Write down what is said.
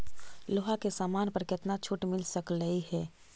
लोहा के समान पर केतना छूट मिल सकलई हे